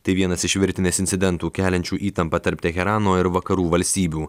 tai vienas iš virtinės incidentų keliančių įtampą tarp teherano ir vakarų valstybių